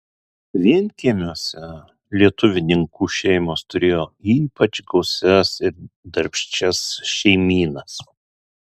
vienkiemiuose lietuvininkų šeimos turėjo ypač gausias ir darbščias šeimynas